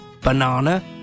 Banana